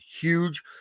huge